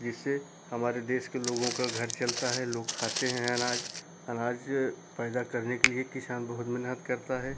जिससे हमारे देश के लोगों का घर चलता है लोग खाते हैं अनाज अनाज पैदा करने के लिए किसान बहुत मेहनत करता है